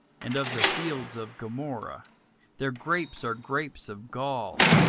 and of the fields of gomorrah their grapes are grapes of gall,